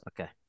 okay